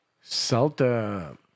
Salta